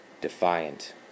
defiant